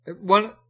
One